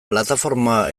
plataforma